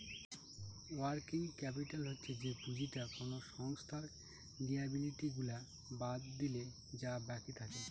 working capital হচ্ছে যে পুঁজিটা কোনো সংস্থার লিয়াবিলিটি গুলা বাদ দিলে যা বাকি থাকে